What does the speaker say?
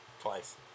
Twice